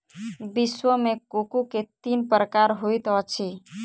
विश्व मे कोको के तीन प्रकार होइत अछि